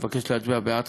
אני מבקש להצביע בעד